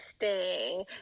interesting